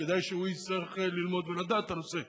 וכדאי שהוא יצטרך ללמוד ולדעת את הנושא: